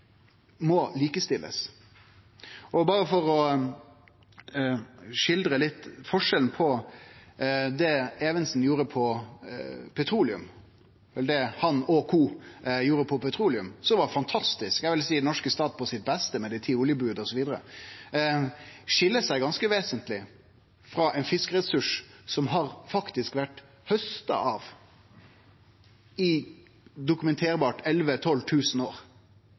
gjorde innan petroleum, var fantastisk, eg vil seie det var den norske staten på sitt beste, med dei ti oljeboda, osv., men oljeressursen skil seg ganske vesentleg frå ein fiskeressurs som faktisk har vore hausta av i – det kan dokumenterast – 11 000–12 000 år.